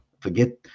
Forget